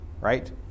right